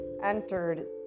entered